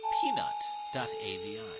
peanut.avi